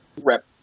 rep